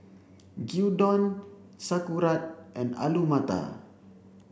Gyudon Sauerkraut and Alu Matar